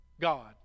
God